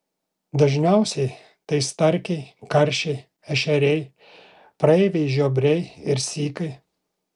dažniausiai tai starkiai karšiai ešeriai praeiviai žiobriai ir sykai